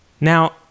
Now